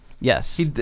Yes